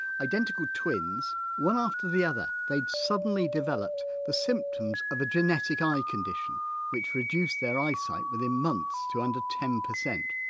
identical twins one after the other they'd suddenly developed the symptoms of a genetic eye condition which reduced their eyesight within months to under ten percent.